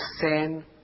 sin